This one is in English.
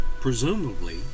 Presumably